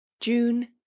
june